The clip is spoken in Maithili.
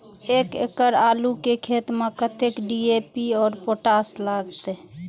एक एकड़ आलू के खेत में कतेक डी.ए.पी और पोटाश लागते?